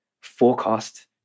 forecast